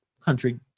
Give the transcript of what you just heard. country